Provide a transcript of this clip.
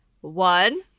One